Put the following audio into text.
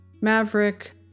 maverick